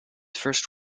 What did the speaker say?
first